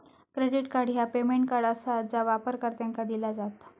credit card ह्या payment card आसा जा वापरकर्त्यांका दिला जात